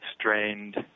strained